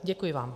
Děkuji vám.